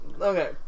Okay